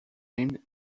named